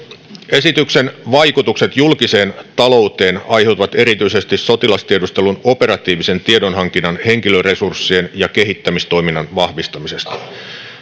esityksen vaikutukset julkiseen talouteen aiheutuvat erityisesti sotilastiedustelun operatiivisen tiedonhankinnan henkilöresurssien ja kehittämistoiminnan vahvistamisesta